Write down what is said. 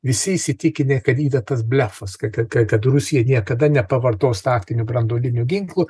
visi įsitikinę kad yra tas blefas kad kad kad rusija niekada nepavartos taktinio branduolinio ginklo